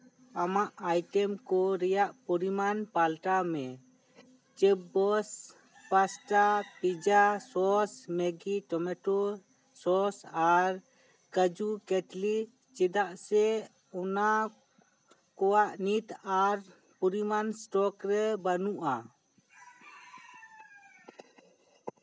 ᱟᱢᱟᱜ ᱟᱭᱴᱮᱢ ᱠᱚ ᱨᱮᱭᱟᱜ ᱯᱚᱨᱤᱢᱟᱱ ᱯᱟᱞᱴᱟᱣ ᱢᱮ ᱪᱮᱯᱵᱚᱥ pasta pizza sauce Maggi tomato sauce ᱟᱨ ᱠᱟᱡᱩ ᱠᱮᱴᱞᱤ ᱪᱮᱫᱟᱜ ᱥᱮ ᱚᱱᱟ ᱠᱚᱣᱟᱜ ᱱᱤᱛ ᱟᱨ ᱯᱚᱨᱤᱢᱟᱱ ᱥᱴᱚᱠ ᱨᱮ ᱵᱟᱹᱱᱩᱜᱼᱟ